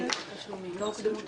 לא הוקדמו תשלומים.